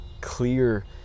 clear